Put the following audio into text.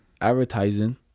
Advertising